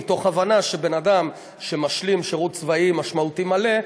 מתוך הבנה שבן אדם שמשלים שירות צבאי משמעותי מלא,